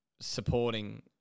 supporting